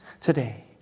today